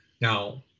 Now